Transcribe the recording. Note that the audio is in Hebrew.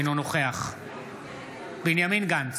אינו נוכח בנימין גנץ,